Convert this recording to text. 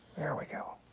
there we go.